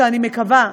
שאני מקווה,